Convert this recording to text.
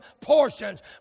portions